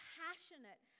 passionate